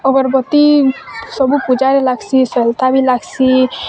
ଅଗରବତୀ ସବୁ ସବୁ ପୂଜାରେ ଲାଗ୍ସି ସଲତା ବି ଲାଗ୍ସି